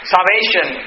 Salvation